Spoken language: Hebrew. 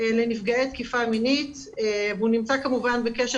לנפגעי תקיפה מינית והוא נמצא כמובן בקשר